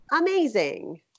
Amazing